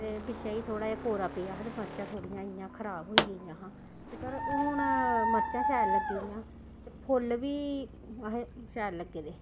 ते पिच्छें जेही थोह्ड़ा जेहा कोरा पेआ हा ते मर्चां थोह्ड़ियां इ'यां खराब होई गेइयां हां ते पर हून मर्चां शैल लग्गी दियां ते फुल्ल बी अहें शैल लग्गे दे